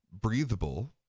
breathable